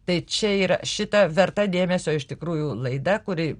tai čia yra šita verta dėmesio iš tikrųjų laida kuri